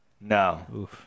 No